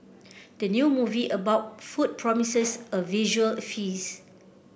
the new movie about food promises a visual feast